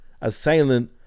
assailant